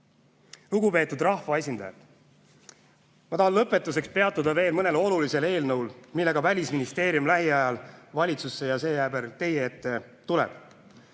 Lugupeetud rahvaesindajad! Ma tahan lõpetuseks peatuda veel mõnel olulisel eelnõul, millega Välisministeerium lähiajal valitsusse ja seejärel teie ette tuleb.